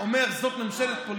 אומר שזאת ממשלת פולישוק.